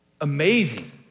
amazing